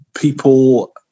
people